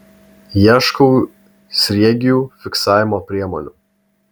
ieškau sriegių fiksavimo priemonių